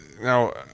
Now